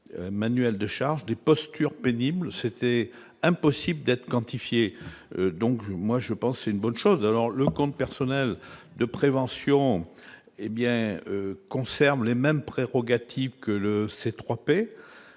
manuels de charges des postures pénibles, c'était impossible d'être quantifiée, donc je, moi je pense que c'est une bonne chose, alors le compte personnel de prévention hé bien concernant les mêmes prérogatives que le C3